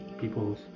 people's